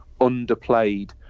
underplayed